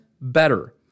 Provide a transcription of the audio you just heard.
better